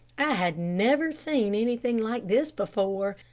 i had never seen anything like this before,